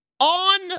on